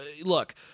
look